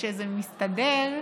שכשזה מסתדר,